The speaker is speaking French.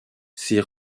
ces